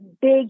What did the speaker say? big